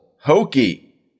hokey